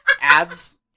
ads